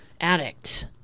addict